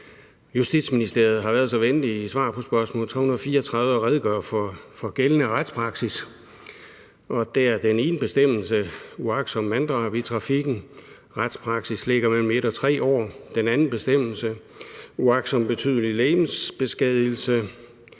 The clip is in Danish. Justitsministeriet har været så venlig i svar på spørgsmål 234 at redegøre for gældende retspraksis. For den ene bestemmelse, uagtsomt manddrab i trafikken, ligger retspraksis på mellem 1 og 3 år, for den anden bestemmelse, uagtsom betydelig legemsbeskadigelse,